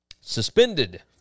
suspended